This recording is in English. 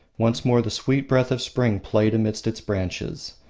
once more the sweet breath of spring played amidst its branches.